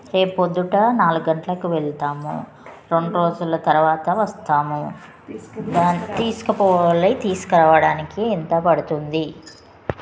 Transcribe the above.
రేపు ప్రొద్దున నాలుగు గంటలకి వెళ్తాము రెండు రోజుల తర్వాత వస్తాము తీసుకుపోవాలి తీసుక రావడానికి ఎంత పడుతుంది